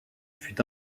fut